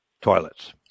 toilets